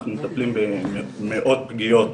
אנחנו מטפלים במאות פגיעות,